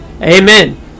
amen